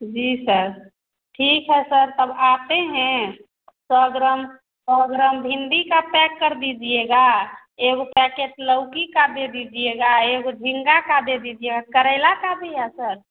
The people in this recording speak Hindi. जी सर ठीक है सर तब आते हैं सौ ग्राम सौ ग्राम भिंडी का पैक कर दीजिएगा एगो पैकेट लौकी का दे दीजिएगा एगो झींगा का दे दीजिएगा करेला का भी है सर